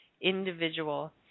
individual